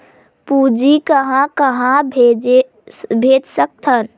पूंजी कहां कहा भेज सकथन?